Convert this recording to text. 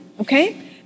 okay